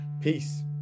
Peace